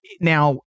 now